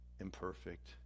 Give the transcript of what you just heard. imperfect